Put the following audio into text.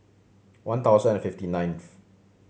one thousand and fifty ninth